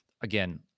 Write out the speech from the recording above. Again